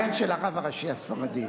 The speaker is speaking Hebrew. הבן של הרב הראשי הספרדי.